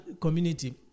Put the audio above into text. community